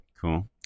Cool